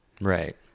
Right